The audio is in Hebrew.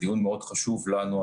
זה דיון מאוד חשוב לנו,